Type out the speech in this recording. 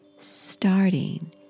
starting